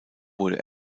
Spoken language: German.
wurde